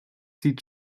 sieht